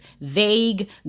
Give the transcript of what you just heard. vague